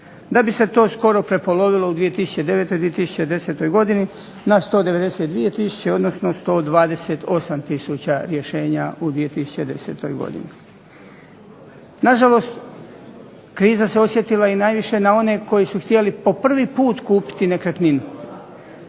DA bi se to skoro prepolovilo u 2009. i 2010. godini na 192 tisuće odnosno 128 tisuća rješenja u 2010. godini. Na žalost kriza se osjetila najviše na one koji su htjeli po prvi put kupiti nekretninu,